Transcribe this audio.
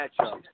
matchup